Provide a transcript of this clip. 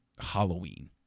Halloween